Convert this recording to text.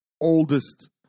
oldest